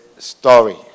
story